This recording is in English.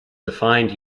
defined